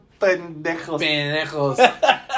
Pendejos